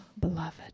beloved